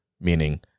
Meaning